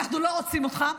אנחנו לא רוצים אותך.